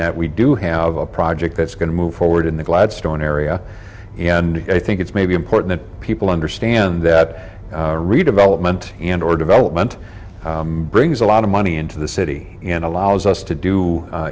that we do have a project that's going to move forward in the gladstone area and i think it's maybe important people understand that redevelopment and or development brings a lot of money into the city and allows us to do